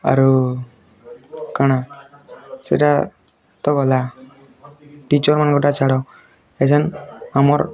ଆରୁ କାଣା ସେଇଟା ତ ଗଲା ଟିଚର୍ମାନଙ୍କ କଥା ଛାଡ଼ ହେ ଯେନ୍ ଆମର୍